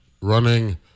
running